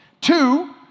Two